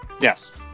Yes